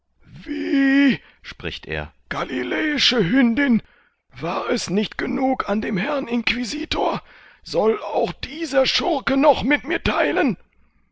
spricht er galiläische hündin war es nicht genug an dem herrn inquisitor soll auch dieser schurke noch mit mir theilen